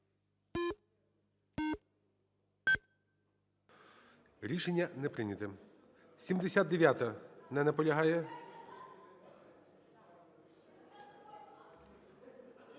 Рішення не прийнято. 79-а. Не наполягає.